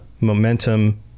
momentum